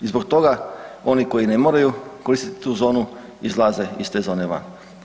I zbog toga oni koji ne moraju koristiti tu zonu izlaze iz te zone van.